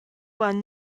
han